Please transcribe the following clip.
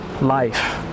life